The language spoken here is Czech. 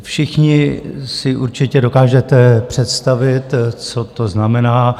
Všichni si určitě dokážete představit, co to znamená.